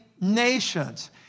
nations